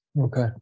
Okay